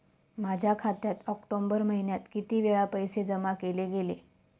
माझ्या खात्यात ऑक्टोबर महिन्यात किती वेळा पैसे जमा केले गेले?